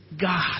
God